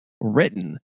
written